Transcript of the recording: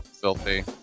filthy